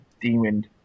demon